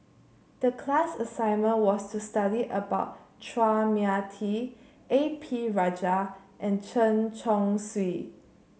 the class assignment was to study about Chua Mia Tee A P Rajah and Chen Chong Swee